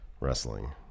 wrestling